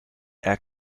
air